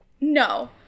No